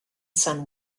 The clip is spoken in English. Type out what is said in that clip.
son